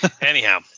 anyhow